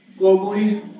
globally